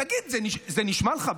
תגיד, זה נשמע לך?